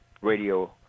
radio